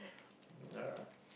yeah